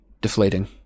deflating